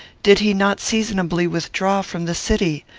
did he not seasonably withdraw from the city?